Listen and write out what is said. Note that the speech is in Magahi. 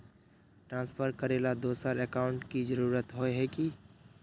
ट्रांसफर करेला दोसर अकाउंट की जरुरत होय है की?